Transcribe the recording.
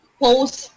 post